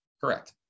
Correct